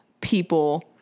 people